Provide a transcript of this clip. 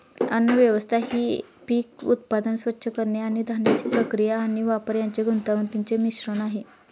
अन्नव्यवस्था ही पीक उत्पादन, स्वच्छ करणे आणि धान्याची प्रक्रिया आणि वापर यांचे गुंतागुंतीचे मिश्रण आहे